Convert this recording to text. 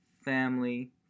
family